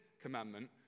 commandment